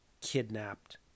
kidnapped